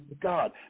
God